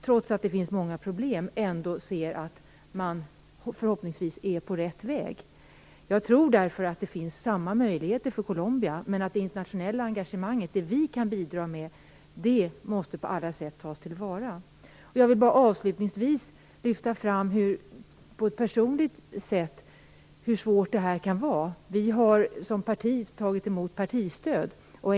Trots att det finns många problem kan man ändå se att man förhoppningsvis är på rätt väg. Jag tror därför att det finns samma möjligheter för Colombia, men att det internationella engagemanget, det vi kan bidra med, måste tas till vara på alla sätt. Avslutningsvis vill jag på ett personligt sätt lyfta fram hur svårt det här kan vara. Vi har som parti tagit emot partistöd.